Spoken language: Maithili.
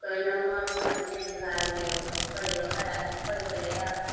के नम्बर कोनो चेंज भए गेलै ओ कहिओ हराए खोए गेलैए आब